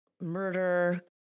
murder